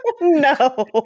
no